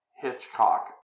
Hitchcock